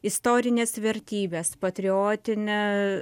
istorinės vertybės patriotinė